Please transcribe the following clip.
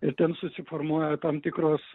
ir ten susiformuoja tam tikros